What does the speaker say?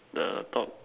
the top